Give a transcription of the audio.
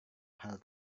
hal